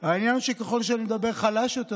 העניין הוא שככל שאני מדבר חלש יותר,